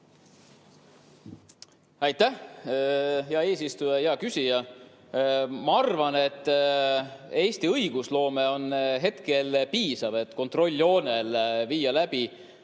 Aitäh, hea eesistuja! Hea küsija! Ma arvan, et Eesti õigusloome on hetkel piisav, et kontrolljoonel viia läbi